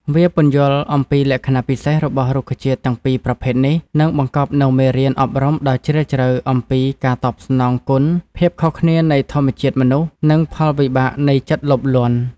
វាពន្យល់អំពីលក្ខណៈពិសេសរបស់រុក្ខជាតិទាំងពីរប្រភេទនេះ និងបង្កប់នូវមេរៀនអប់រំដ៏ជ្រាលជ្រៅអំពី ការតបស្នងគុណ ភាពខុសគ្នានៃធម្មជាតិមនុស្ស និងផលវិបាកនៃចិត្តលោភលន់។